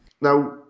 Now